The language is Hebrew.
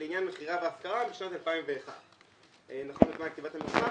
לעניין מכירה והשכרה משנת 2001. נכון לזמן כתיבת המסמך